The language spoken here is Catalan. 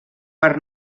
per